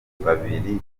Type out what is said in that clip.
babiri